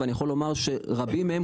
ואני יכול לומר שרבים מהם,